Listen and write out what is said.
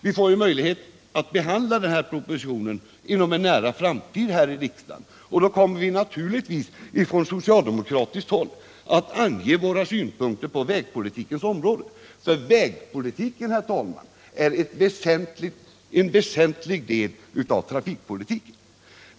När vi behandlar propositionen inom en nära framtid här i riksdagen kommer vi naturligtvis ifrån socialdemokratiskt håll att ange våra synpunkter på vägpolitikens område, för vägpolitiken, herr talman, är en väsentlig del av trafikpolitiken.